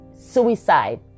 suicide